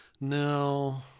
no